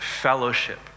fellowship